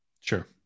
Sure